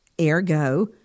ergo